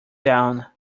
down